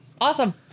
awesome